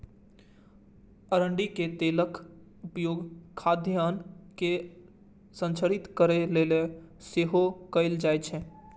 अरंडीक तेलक उपयोग खाद्यान्न के संरक्षित करै लेल सेहो कैल जाइ छै